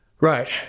Right